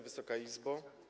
Wysoka Izbo!